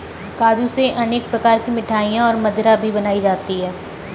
काजू से अनेक प्रकार की मिठाईयाँ और मदिरा भी बनाई जाती है